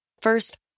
First